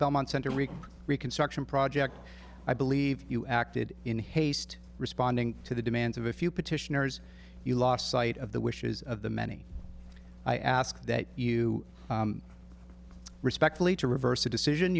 belmont center reconstruction project i believe you acted in haste responding to the demands of a few petitioners you lost sight of the wishes of the many i ask that you respectfully to reverse a decision